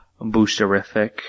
Boosterific